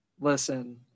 Listen